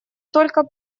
только